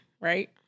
right